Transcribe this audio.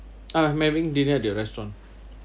I'm having dinner at the restaurant